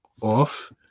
off